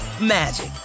magic